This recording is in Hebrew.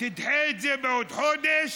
תדחה את זה בעוד חודש,